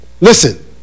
Listen